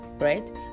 right